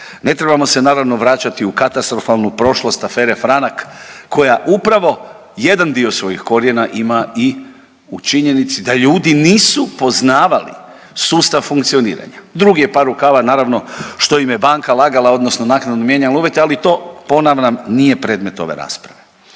Ne trebamo se naravno vraćati u katastrofalnu prošlost afere Franak koja upravo jedan dio svojih korijena ima i u činjenici da ljudi nisu poznavali sustav funkcioniranja. Drugi je par rukava naravno što im je banka lagala odnosno naknadno mijenjala uvjete, ali to ponavljam nije predmet ove rasprave.